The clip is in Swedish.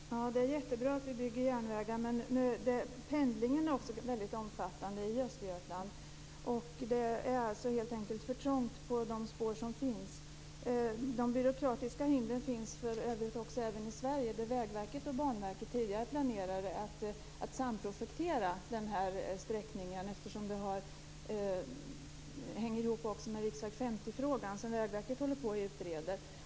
Herr talman! Det är jättebra att vi bygger järnvägar. Men pendlingen är också väldigt omfattande i Östergötland. Det är alltså helt enkelt för trångt på de spår som finns. De byråkratiska hindren finns för övrigt även i Sverige. Vägverket och Banverket planerade tidigare en samprojektering av den här sträckningen eftersom detta hänger ihop med frågan om riksväg 50, som Vägverket håller på att utreda.